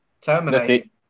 terminate